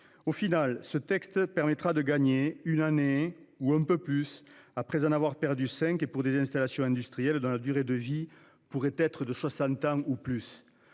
Au final, ce texte permettra de gagner une année ou un peu plus après en avoir perdu cinq et pour des installations industrielles dans la durée de vie pourrait être de 60 ans ou plus.